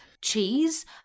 cheese